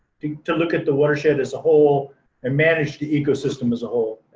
to look at the watershed as a whole and manage the ecosystem as a whole,